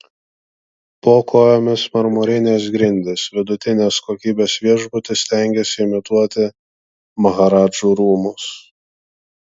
po kojomis marmurinės grindys vidutinės kokybės viešbutis stengiasi imituoti maharadžų rūmus